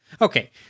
Okay